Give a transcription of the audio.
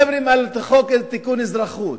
אתם מדברים על חוק לתיקון חוק האזרחות.